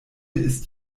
ist